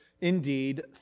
indeed